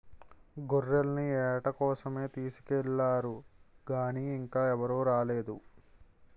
గొర్రెల్ని ఏట కోసమే తీసుకెల్లారు గానీ ఇంకా ఎవరూ రాలేదు